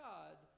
God